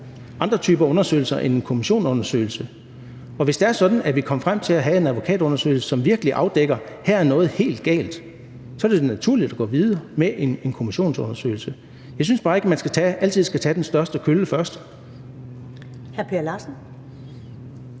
andre typer undersøgelser end en kommissionsundersøgelse. Og hvis det er sådan, at vi kommer frem til at have en advokatundersøgelse, som virkelig afdækker, at her er der noget helt galt, så er det da naturligt at gå videre med en kommissionsundersøgelse. Jeg synes bare ikke, at man altid skal tage den største kølle først. Kl. 15:27 Første